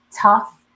tough